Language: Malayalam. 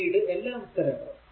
പിന്നീട് എല്ലാ ഉത്തരങ്ങളും